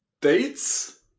Dates